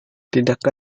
tidak